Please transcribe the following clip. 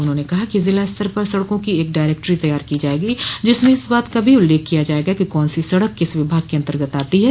उन्हाने कहा कि जिलास्तर पर सड़को की एक डायरेक्टरी तैयार की जायेगी जिसमें इस बात का भी उल्लेख किया जायेगा कि कौन सी सड़क किस विभाग के अन्तर्गत आती है